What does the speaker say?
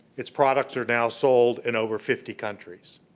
its products are now sold in over fifty countries.